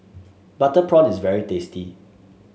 Butter Prawn is very tasty